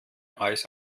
eis